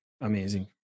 amazing